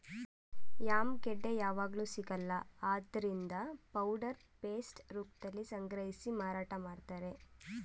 yam ಗೆಡ್ಡೆ ಯಾವಗ್ಲೂ ಸಿಗಲ್ಲ ಆದ್ರಿಂದ ಪೌಡರ್ ಪೇಸ್ಟ್ ರೂಪ್ದಲ್ಲಿ ಸಂಗ್ರಹಿಸಿ ಮಾರಾಟ ಮಾಡ್ತಾರೆ